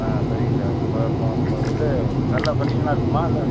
ஆ சரிங்க சார் இப்போ நம்ம இது நல்ல கண்டிஷனாயிருக்குமா இல்லை